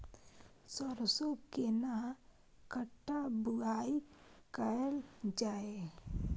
सरसो केना कट्ठा बुआई कैल जाय?